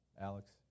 Alex